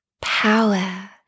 power